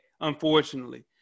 unfortunately